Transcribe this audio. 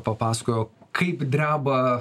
papasakojo kaip dreba